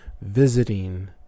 visiting